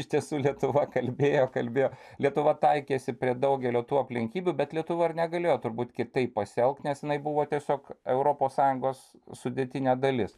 iš tiesų lietuva kalbėjo kalbėjo lietuva taikėsi prie daugelio tų aplinkybių bet lietuva ir negalėjo turbūt kitaip pasielgt nes jinai buvo tiesiog europos sąjungos sudėtinė dalis